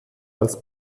als